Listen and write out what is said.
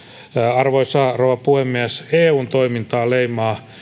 arvoisa rouva puhemies eun toimintaa leimaa